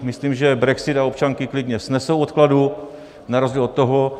Myslím, že brexit a občanky klidně snesou odkladu na rozdíl od toho.